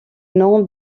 nom